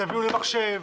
תביאו מחשב,